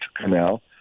canal